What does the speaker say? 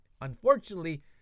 Unfortunately